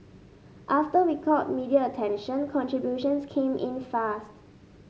after we caught media attention contributions came in fast